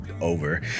over